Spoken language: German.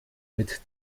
mit